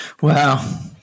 Wow